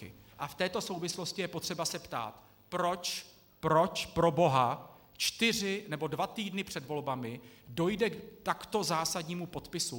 A v této souvislosti je potřeba se ptát, proč, proč proboha, čtyři nebo dva týdny před volbami dojde k takto zásadnímu podpisu?